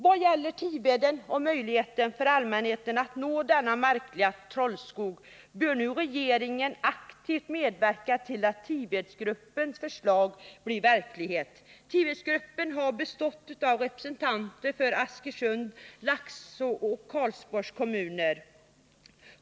Vad gäller Tiveden och allmänhetens möjlighet att nå denna märkliga trollskog bör regeringen nu aktivt medverka till att Tivedsgruppens förslag blir verklighet. Tivedsgruppen har bestått av representanter för Askersunds, Nr 49 Laxå och Karlsborgs kommuner.